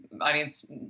audience